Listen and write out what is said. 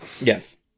Yes